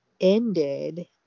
ended